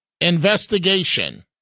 investigation